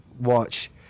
watch